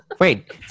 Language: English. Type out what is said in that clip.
Wait